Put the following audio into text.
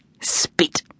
Spit